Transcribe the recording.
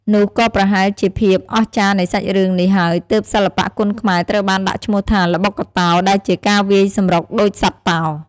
នោះក៏ប្រហែលជាភាពអស្ចារ្យនៃសាច់រឿងនេះហើយទើបសិល្បៈគុនខ្មែរត្រូវបានដាក់ឈ្មោះថា ល្បុក្កតោ ដែលជាការវាយសម្រុកដូចសត្វតោ។